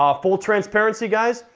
ah full transparency guys,